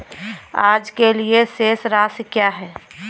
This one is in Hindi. आज के लिए शेष राशि क्या है?